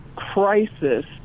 crisis